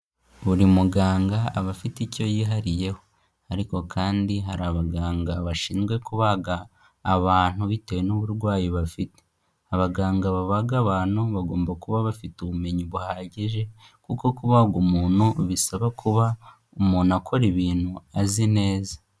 Buri muganga aba afite icyo yihariyeho. Ariko kandi hari abaganga bashinzwe kubaga abantu bitewe n'uburwayi bafite. Abaganga babaga abantu, bagomba kuba bafite ubumenyi buhagije, kuko kubaga umuntu bisaba kuba umuntu akora ibintu azi neza.